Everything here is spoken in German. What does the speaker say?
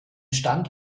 stand